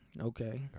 Okay